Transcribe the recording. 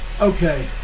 Okay